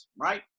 right